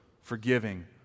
forgiving